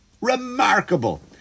remarkable